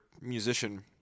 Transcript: musician